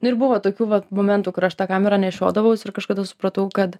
ir buvo tokių vat momentų kur aš tą kamerą nešiodavausi ir kažkada supratau kad